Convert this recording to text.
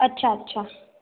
अच्छा अच्छा